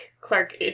Clark